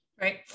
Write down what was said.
right